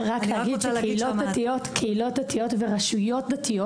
אני רק רוצה להגיד שקהילות דתיות ורשויות דתיות